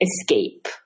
escape